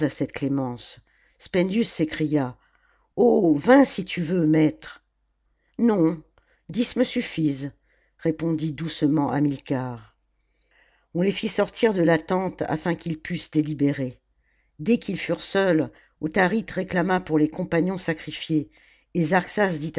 clémence spendius s'écria oh vingt si tu veux maître non dix me suffisent répondit doucement hamilcar on les fit sortir de la tente afin qu'ils pussent délibérer dès qu'ils furent seuls autharite réclama pour les compagnons sacrifiés